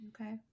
Okay